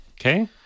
Okay